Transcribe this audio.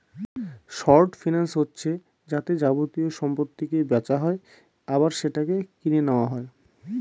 short finance হচ্ছে যাতে যাবতীয় সম্পত্তিকে বেচা হয় আবার সেটাকে কিনে নেওয়া হয়